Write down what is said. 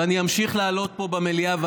ואני אמשיך לעלות פה במליאה,